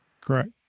Correct